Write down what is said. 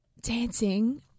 dancing